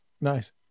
Nice